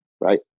right